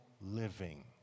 living